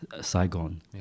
Saigon